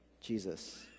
Jesus